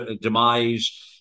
demise